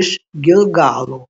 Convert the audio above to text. iš gilgalo